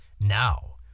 Now